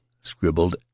scribbled